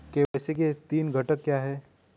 KYC के तीन घटक क्या हैं?